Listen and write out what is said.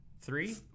Three